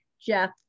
Jeff